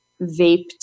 vaped